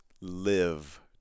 live